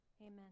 Amen